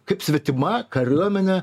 kaip svetima kariuomenė